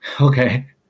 Okay